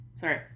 Sorry